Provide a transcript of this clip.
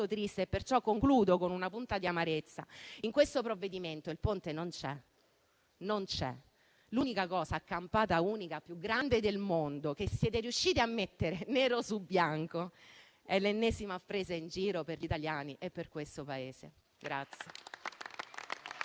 triste. Concludo pertanto con una punta di amarezza. In questo provvedimento il Ponte non c'è. L'unica cosa a campata unica più grande del mondo che siete riusciti a mettere nero su bianco è l'ennesima presa in giro per gli italiani e per questo Paese.